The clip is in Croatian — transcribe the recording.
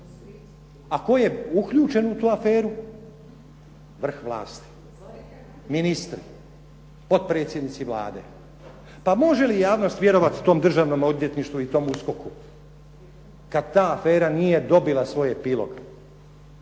A tko je uključen u tu aferu? Vrh vlasti. Ministri. Potpredsjednici Vlade. Pa može li javnost vjerovat tom Državnom odvjetništvu i tom USKOK-u kad ta afera nije dobila svoj epilog?